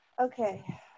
Okay